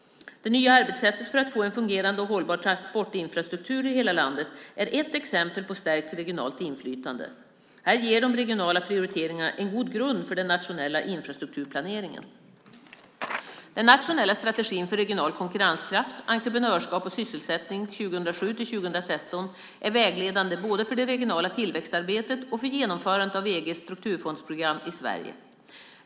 Det nya arbetssättet för att få en fungerande och hållbar transportinfrastruktur i hela landet är ett exempel på stärkt regionalt inflytande. Här ger de regionala prioriteringarna en god grund inför den nationella infrastrukturplaneringen. Den nationella strategin för regional konkurrenskraft, entreprenörskap och sysselsättning 2007-2013 är vägledande både för det regionala tillväxtarbetet och för genomförandet av EG:s strukturfondsprogram i Sverige.